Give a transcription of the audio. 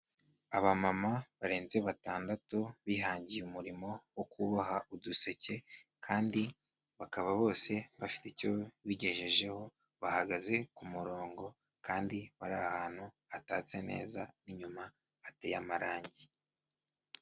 Abamama barenze batandatu bihangiye umurimo wo kuboha uduseke kandi bakaba bose bafite icyo bigejejeho, bahagaze ku murongo kandi bari ahantu hatatse neza n'inyuma hateye amarangi.